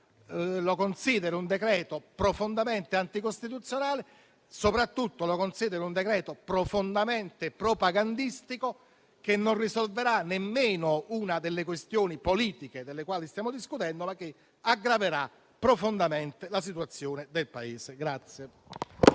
lo considero un decreto-legge profondamente anticostituzionale e soprattutto un provvedimento profondamente propagandistico, che non risolverà nemmeno una delle questioni politiche delle quali stiamo discutendo, ma anzi aggraverà profondamente la situazione del Paese.